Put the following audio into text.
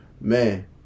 man